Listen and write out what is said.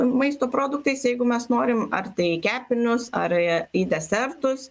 maisto produktais jeigu mes norim ar tai kepinius ar į a į desertus